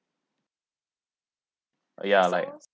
we are like